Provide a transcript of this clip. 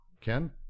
Ken